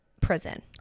prison